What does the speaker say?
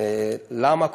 למה?